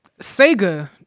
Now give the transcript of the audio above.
Sega